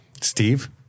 Steve